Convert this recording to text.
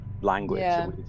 language